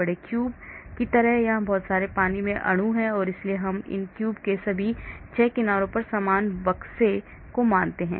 बड़े क्यूब की तरह यहाँ बहुत सारे पानी के अणु हैं और इसलिए हम इस क्यूब के सभी 6 किनारों पर समान बक्से को मानते हैं